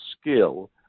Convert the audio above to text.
skill